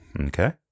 Okay